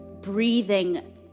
breathing